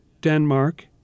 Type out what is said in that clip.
Denmark